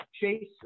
Chase